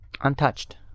untouched